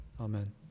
Amen